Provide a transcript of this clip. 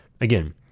Again